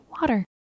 Water